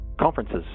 conferences